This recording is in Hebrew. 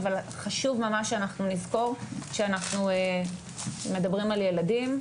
אבל חשוב ממש שאנחנו נזכור שאנחנו מדברים על ילדים,